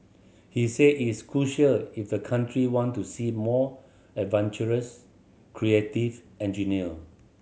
he say is crucial if the country want to see more adventurous creative engineer